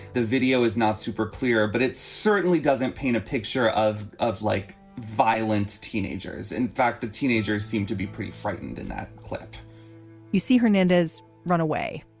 the video is not super clear, but it certainly doesn't paint a picture of of like violent teenagers. in fact, the teenagers seem to be pretty frightened in that clip you see. hernandez run away.